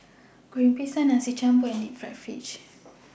Goreng Pisang Nasi Campur and Deep Fried Fish